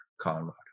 Colorado